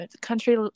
Country